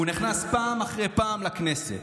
הוא נכנס פעם אחר פעם לכנסת.